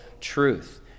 truth